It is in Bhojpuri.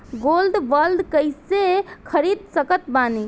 गोल्ड बॉन्ड कईसे खरीद सकत बानी?